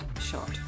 shot